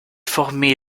formée